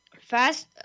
Fast